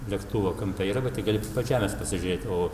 lėktuvo kampe yra va tai gali iki pat žemės pasižiūrėti o